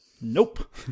Nope